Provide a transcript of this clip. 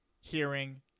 hearing